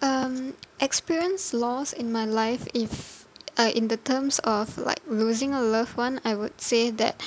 um experienced loss in my life if uh in the terms of like losing a loved one I would say that